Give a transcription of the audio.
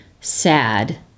sad